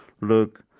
look